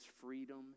freedom